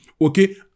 okay